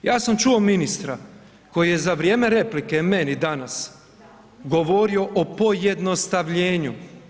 Ja sam čuo ministra koji je za vrijeme replike meni danas govorio o pojednostavljenju.